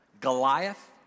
Goliath